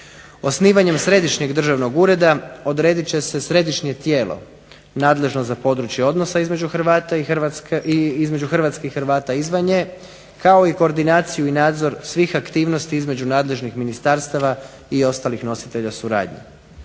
Osnivanjem središnjeg državnog ureda odredit će se središnje tijelo nadležno za područje odnosa između Hrvata …/Govornik se ne razumije./…, između hrvatskih Hrvata izvan nje, kao i koordinaciju i nadzor svih aktivnosti između nadležnih ministarstava i ostalih nositelja suradnje.